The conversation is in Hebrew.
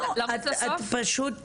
לא, פשוט